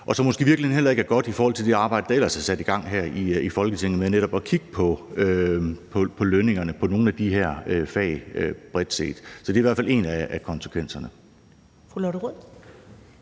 og som måske i virkeligheden heller ikke er godt i forhold til det arbejde, der ellers er sat i gang her i Folketinget, med netop at kigge på lønningerne for nogle af de her fag bredt set. Så det er i hvert fald en af konsekvenserne.